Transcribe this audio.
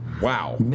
Wow